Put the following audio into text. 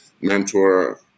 mentor